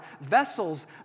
vessels